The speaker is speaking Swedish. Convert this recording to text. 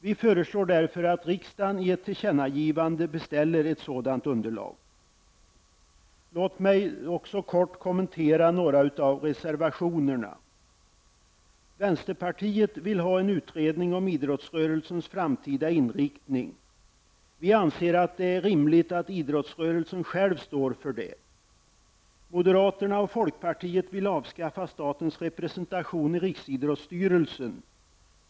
Vi föreslår därför att riksdagen i ett tillkännagivande beställer ett sådant underlag. Låt mig också kortfattat kommentera några av reservationerna. Vänsterpartiet vill ha en utredning om idrottsrörelsens framtida inriktning. Vi anser att det rimligen är idrottsrörelsen själv som skall stå för den. Moderaterna och folkpartiet vill avskaffa statens representation i Riksidrottsstyrelsen.